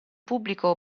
pubblico